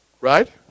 Right